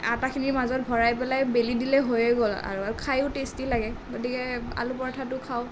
আটা খিনি মাজত ভৰাই পেলাই বেলি দিলে হয়েই গ'ল আৰু খায়ো টেষ্টি লাগে গতিকে আলু পৰঠাটো খাওঁ